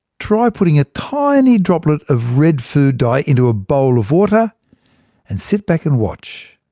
try putting a tiny droplet of red food dye into a bowl of water and sit back and watch.